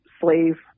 slave